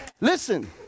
listen